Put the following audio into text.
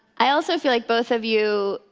i also feel like both of you,